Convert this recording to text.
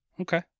Okay